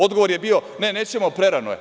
Odgovor je bio – ne, nećemo, prerano je.